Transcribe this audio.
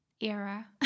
era